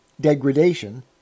degradation